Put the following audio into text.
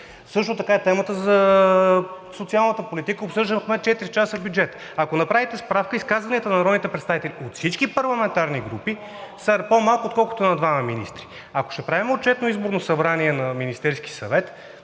Също така е и темата за социалната политика. Обсъждахме четири часа бюджет – ако направите справка, изказванията на народните представители от всички парламентарни групи са по малко, отколкото на двама министри. Ако ще правим отчетно изборно събрание на Министерския съвет,